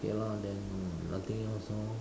okay lah then no nothing else lor